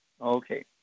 Okay